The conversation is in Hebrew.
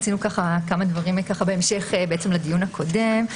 כמה דברים בהמשך לדיון הקודם.